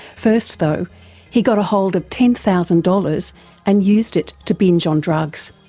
first though he got a hold of ten thousand dollars and used it to binge on drugs.